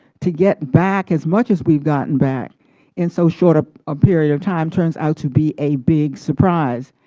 to get back as much as we have gotten back in so short ah a period of time turns out to be a big surprise,